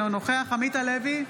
אינו נוכח עמית הלוי,